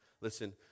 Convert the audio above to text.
Listen